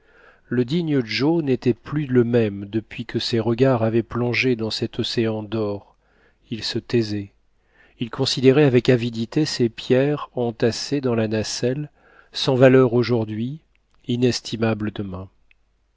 le digne joe n'était plus le même depuis que ses regards avaient plongé dans cet océan d'or il se taisait il considérait avec avidité ces pierres entassées dans la nacelle sans valeur aujourd'hui inestimables demain